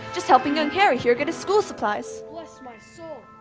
just helping young harry here get his school supplies. bless my soul,